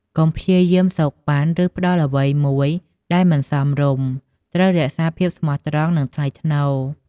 កុំព្យាយាមសូកប៉ាន់ ឬផ្ដល់អ្វីមួយដែលមិនសមរម្យ ត្រូវរក្សាភាពស្មោះត្រង់ និងថ្លៃថ្នូរ។